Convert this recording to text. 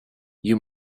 you